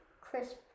crisp